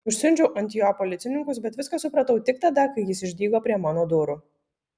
užsiundžiau ant jo policininkus bet viską supratau tik tada kai jis išdygo prie mano durų